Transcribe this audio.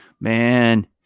man